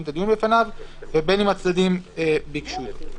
את הדיון בפניו ובין אם הצדדים ביקשו את זה.